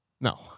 no